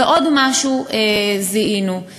ועוד משהו זיהינו,